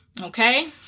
okay